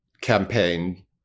campaign